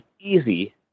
easy